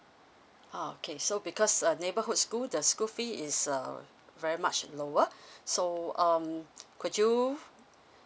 ah okay so because uh neighborhood school the school fee is um very much lower so um could you